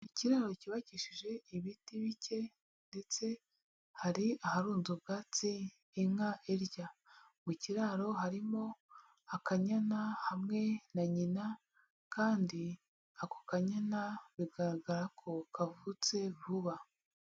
Ikiraro cyubakishije ibiti bike, ndetse hari aharunze ubwatsi inka irya. Mu kiraro harimo akanyana hamwe na nyina, kandi ako kanyana bigaragara ko kavutse vuba.